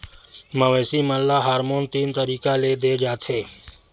मवेसी मन ल हारमोन तीन तरीका ले दे जाथे